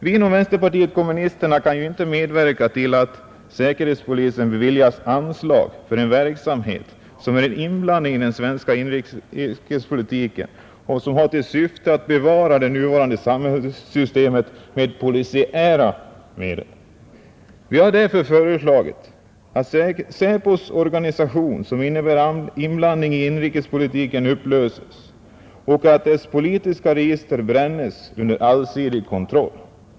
Vi inom vänsterpartiet kommunisterna kan inte medverka till att säkerhetspolisen beviljas anslag för en verksamhet, som är en inblandning i den svenska inrikespolitiken och som har till syfte att bevara det nuvarande samhällssystemet med polisiära medel. Vi har därför föreslagit, att SÄPOs organisation, som innebär inblandning i inrikespolitiken, upplöses och att dess politiska register brännes under allsidig kontroll.